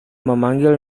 memanggil